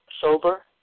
sober